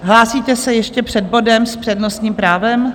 Hlásíte se ještě před bodem s přednostním právem?